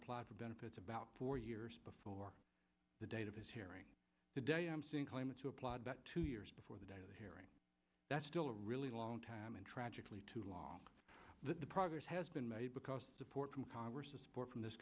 applied for benefits about four years before the date of this hearing today i'm seeing claimants who applied but two years before the date of the hearing that's still a really long time and tragically too long the progress has been made because the support from congress to support from this